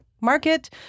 Market